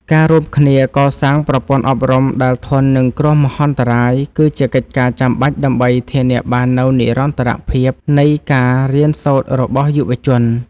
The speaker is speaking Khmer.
ការរួមគ្នាកសាងប្រព័ន្ធអប់រំដែលធន់នឹងគ្រោះមហន្តរាយ គឺជាកិច្ចការចាំបាច់ដើម្បីធានាបាននូវនិរន្តរភាពនៃការរៀនសូត្ររបស់យុវជន។